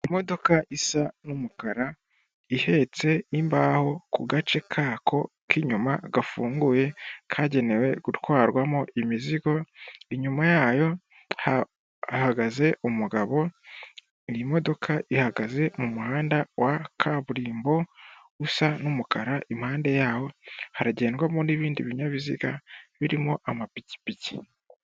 Imodoka isa n'umukara ihetse imbaho ku gace kako k'inyuma gafunguye kagenewe gutwarwamo imizigo, inyuma yayo hahagaze umugabo, iyi modoka ihagaze mu muhanda wa kaburimbo usa n'umukara, impande yawo haragendwamo n'ibindi binyabiziga birimo amapikipiki.